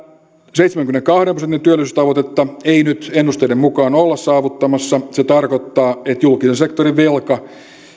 seitsemänkymmenenkahden prosentin työllisyystavoitetta ei nyt ennusteiden mukaan olla saavuttamassa se tarkoittaa että julkisen sektorin velkaa